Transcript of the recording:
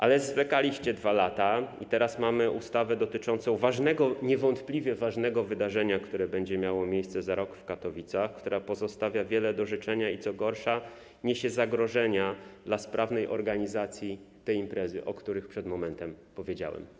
Ale zwlekaliście 2 lata i teraz mamy ustawę dotyczącą niewątpliwie ważnego wydarzenia, które będzie miało miejsce za rok w Katowicach, która pozostawia wiele do życzenia i, co gorsza, niesie zagrożenia dla sprawnej organizacji tej imprezy, o których przed momentem powiedziałem.